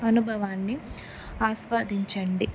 అనుభవాన్ని ఆస్వాదించండి